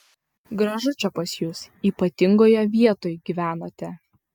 gražu čia pas jus ypatingoje vietoj gyvenate